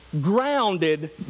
grounded